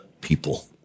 people